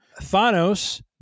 Thanos